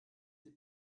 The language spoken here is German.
sie